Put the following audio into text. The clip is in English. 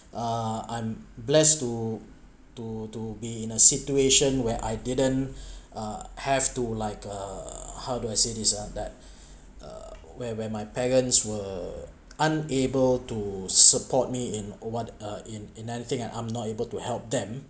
uh I'm blessed to to to be in a situation where I didn't uh have to like err how do I say this ah that err where where my parents were unable to support me in what uh in in anything and I'm not able to help them